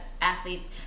athletes